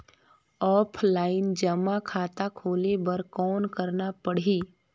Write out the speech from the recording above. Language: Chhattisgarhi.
ऑफलाइन जमा खाता खोले बर कौन करना पड़ही?